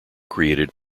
created